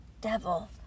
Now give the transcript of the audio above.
devil